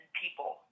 people